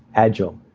agile,